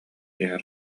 иһэр